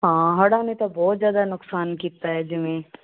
ਹਾਂ ਹੜਾਂ ਨੇ ਤਾਂ ਬਹੁਤ ਜ਼ਿਆਦਾ ਨੁਕਸਾਨ ਕੀਤਾ ਜਿਵੇਂ